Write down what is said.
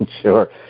Sure